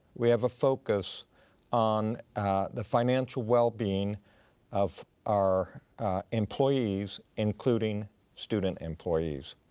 we have a focus on the financial wellbeing of our employees, including student employees.